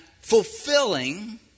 fulfilling